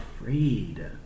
afraid